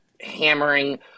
hammering